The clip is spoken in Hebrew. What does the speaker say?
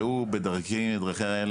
והוא בדרכי,